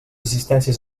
assistències